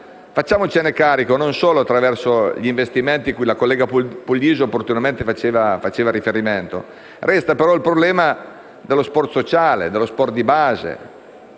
Facciamocene carico, e non solo attraverso gli investimenti cui la collega Puglisi opportunamente faceva riferimento. Resta il problema dello sport sociale, dello sport di base,